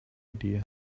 idea